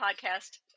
podcast